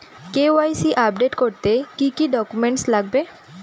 KYC update করতে কি কি ডকুমেন্টস লাগবে?